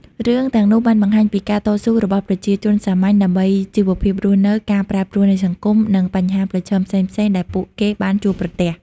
រឿងទាំងនោះបានបង្ហាញពីការតស៊ូរបស់ប្រជាជនសាមញ្ញដើម្បីជីវភាពរស់នៅ ការប្រែប្រួលនៃសង្គម និងបញ្ហាប្រឈមផ្សេងៗដែលពួកគេបានជួបប្រទះ។